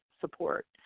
support